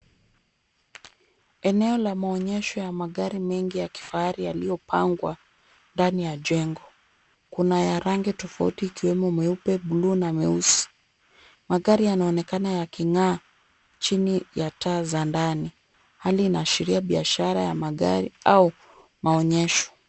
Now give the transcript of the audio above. Eneo la maonyesho ya magari mengi ya kifahari yaliyopangwa ndani ya jengo. Kuna ya rangi tofauti ikiwemo meupe, buluu na meusi. Magari yanaonekana yaking'aa chini ya taa za ndani. Hali inaashiria biashara ya magari au maonyesho.